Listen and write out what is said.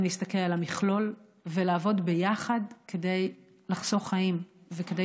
להסתכל על המכלול ולעבוד ביחד כדי לחסוך חיים וכדי